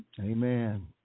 Amen